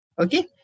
Okay